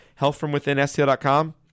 Healthfromwithinstl.com